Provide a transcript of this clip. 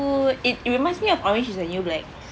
it it reminds me of orange is the new black